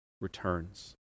returns